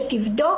שתבדוק,